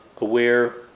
aware